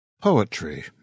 Poetry